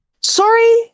Sorry